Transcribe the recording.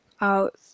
out